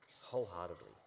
wholeheartedly